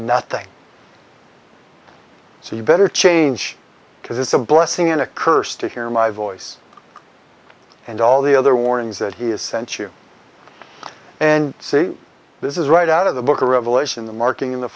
nothing so you better change because it's a blessing and a curse to hear my voice and all the other warnings that he has sent you and see this is right out of the book of revelation the marking in the